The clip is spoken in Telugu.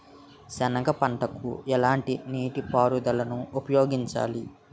సెనగ పంటకు ఎలాంటి నీటిపారుదల ఉపయోగించాలి?